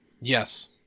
Yes